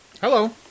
Hello